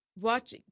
watch